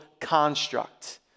construct